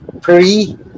pre